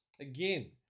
again